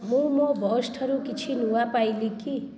ମୁଁ ମୋ ବସ୍ଠାରୁ କିଛି ନୂଆ ପାଇଲି କି